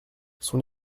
son